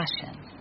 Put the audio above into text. Passion